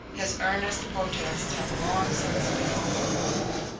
his earnest protests had long since been overruled,